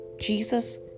Jesus